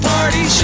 Party